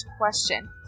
question